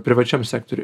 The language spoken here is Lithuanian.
privačiam sektoriui